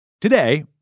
Today